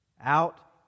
out